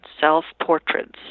self-portraits